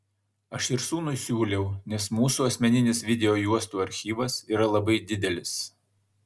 aš ir sūnui siūliau nes mūsų asmeninis video juostų archyvas yra labai didelis